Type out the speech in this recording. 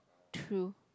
true